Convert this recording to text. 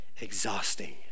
exhausting